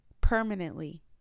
permanently